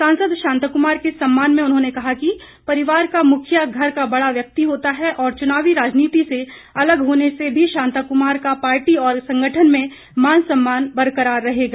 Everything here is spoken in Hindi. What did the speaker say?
सांसद शांता कुमार के सम्मान में उन्होंने कहा कि परिवार का मुखिया घर का बड़ा व्यक्ति होता है और चुनावी राजनीति से अलग होने से भी शांता कुमार का पार्टी और संगठन में मान सम्मान बरकरार रहेगा